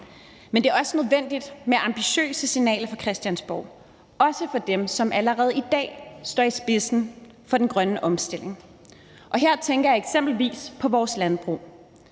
Men det er også nødvendigt med ambitiøse signaler fra Christiansborg, også fra dem, som allerede i dag står i spidsen for den grønne omstilling. Og her tænker jeg eksempelvis på vores landbrug.